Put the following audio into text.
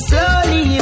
Slowly